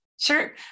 Sure